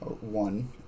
one